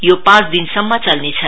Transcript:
यो पाँच दिनसम्म चल्नेछ